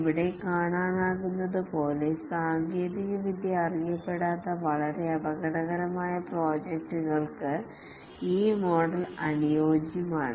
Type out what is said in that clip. ഇവിടെ കാണാനാകുന്നതുപോലെ സാങ്കേതികവിദ്യ അറിയപ്പെടാത്ത വളരെ അപകടകരമായ പ്രോജക്റ്റുകൾക്ക് ഈ മോഡൽ അനുയോജ്യമാണ്